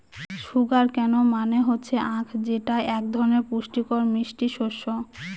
sugar কেন মানে হচ্ছে আঁখ যেটা এক ধরনের পুষ্টিকর মিষ্টি শস্য